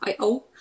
IO